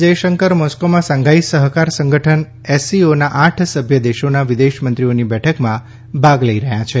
જયશંકરે મોસ્કીમાં શાંઘાઇ સહયોગ સંગઠન એસસીઓના આઠ સભ્ય દેશોના વિદેશમંત્રીઓની બેઠકમાં ભાગ લઇ રહ્યા છે